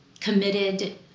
committed